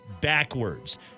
backwards